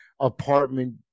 apartment